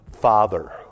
father